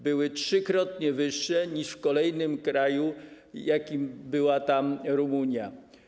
Były trzykrotnie wyższe niż w kolejnym kraju, jakim była Rumunia.